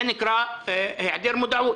זה נקרא היעדר מודעות.